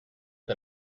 pas